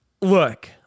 Look